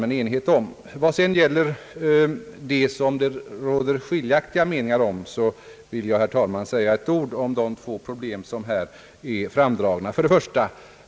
Vad sedan gäller det som det råder skiljaktiga meningar om vill jag, herr talman, säga ett ord om de två problem som tagits fram här.